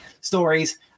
stories